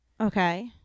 okay